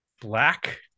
Black